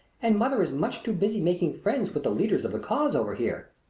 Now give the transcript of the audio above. and mother is much too busy making friends with the leaders of the cause over here.